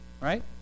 Right